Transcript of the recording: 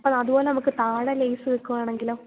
അപ്പോള് അതുപോലെ നമുക്ക് താഴെ ലെയ്സ് വെയ്ക്കുകയാണെങ്കിലോ